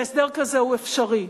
והסדר כזה הוא אפשרי,